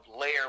layer